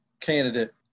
candidate